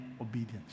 obedience